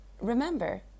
remember